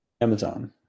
Amazon